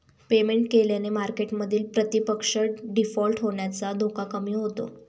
payment केल्याने मार्केटमधील प्रतिपक्ष डिफॉल्ट होण्याचा धोका कमी होतो